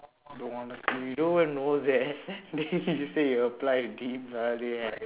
don't you don't even know that then you said you apply earlier